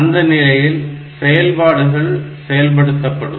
அந்த நிலையில் செயல்பாடுகள் செயல்படுத்தப்படும்